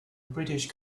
british